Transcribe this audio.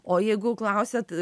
o jeigu klausiat